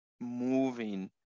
moving